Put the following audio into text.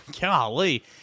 golly